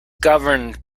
governed